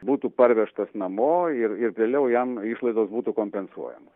būtų parvežtas namo ir ir vėliau jam išlaidos būtų kompensuojamos